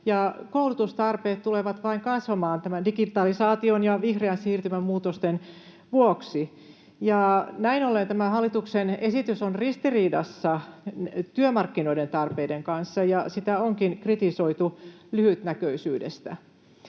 koulutustarpeet tulevat vain kasvamaan tämän digitalisaation ja vihreän siirtymän muutosten vuoksi. Näin ollen tämä hallituksen esitys on ristiriidassa työmarkkinoiden tarpeiden kanssa, ja sitä onkin kritisoitu lyhytnäköisyydestä.